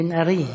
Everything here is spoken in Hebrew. בן ארי,